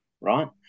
right